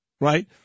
right